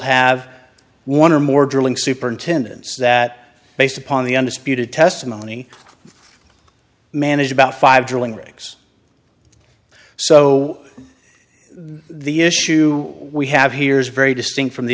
have one or more drilling superintendents that based upon the undisputed testimony manage about five drilling rigs so the issue we have here is very distinct from the